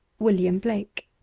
william blake